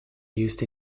used